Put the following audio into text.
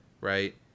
Right